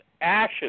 ashes